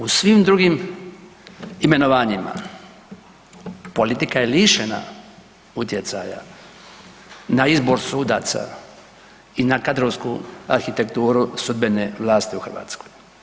U svim drugim imenovanjima, politika je lišena utjecaja na izbor sudaca i na kadrovsku arhitekturu sudbene vlasti u Hrvatskoj.